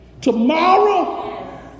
tomorrow